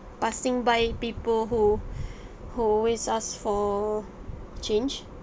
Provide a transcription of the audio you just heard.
passing by people who who always ask for change